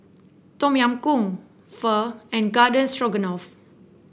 Tom Yam Goong Pho and Garden Stroganoff